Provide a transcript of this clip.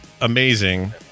amazing